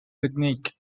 technique